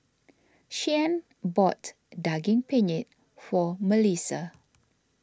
Shyann bought Daging Penyet for Malissa